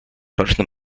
rocznym